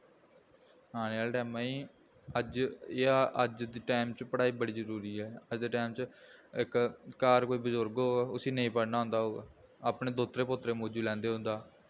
आने आह्ले टैमै च अज्ज एह् हा अज्ज दे टैम च पढ़ाई बड़ी जरूरी ऐ अज्ज दे टैम च इक घर कोई बजुर्ग होग उसी नेईं पढ़ना आंदा होग अपने दोह्तरे पोत्तरे मौजू लैंदे उं'दा